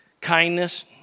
Kindness